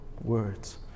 words